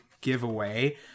giveaway